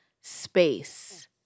space